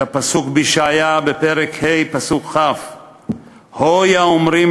את הפסוק בישעיהו פרק ה' פסוק כ': "הוי האמרים